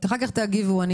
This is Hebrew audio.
אני רוצה רק לחדד את מה